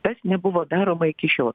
tas nebuvo daroma iki šiol